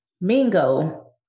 Mingo